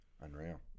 unreal